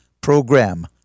program